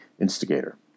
instigator